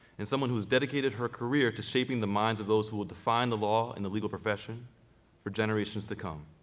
and someone who has dedicated her career to shaping the minds of those who will define the law and the legal profession for generations to come.